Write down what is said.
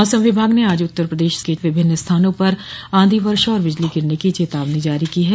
मौसम विभाग ने आज उत्तर प्रदेश सहित विभिन्न स्थानों पर आंधी वर्षा और बिजली गिरने की चेतावनी जारी की है